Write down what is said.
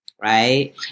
Right